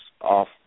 off